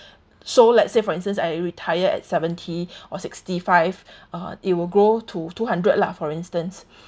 so let's say for instance I retire at seventy or sixty five uh it will grow to two hundred lah for instance